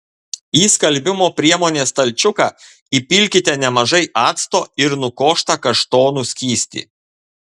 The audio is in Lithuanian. į skalbimo priemonės stalčiuką įpilkite nemažai acto ir nukoštą kaštonų skystį